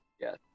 Yes